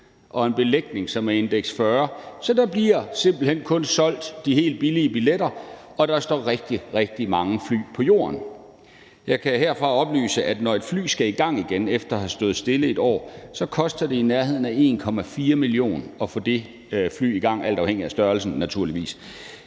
og en belægning, som er indeks 40. Så der bliver simpelt hen kun solgt de helt billige billetter, og der står rigtig, rigtig mange fly på jorden. Jeg kan derfor oplyse, at når et fly skal i gang igen efter at have stået stille et år, så koster det i nærheden af 1,4 mio. kr. at få det fly i gang alt afhængigt af størrelsen naturligvis.